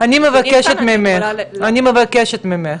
אני יכולה --- אני מבקשת ממך,